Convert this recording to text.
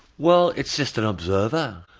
well it's just an observer.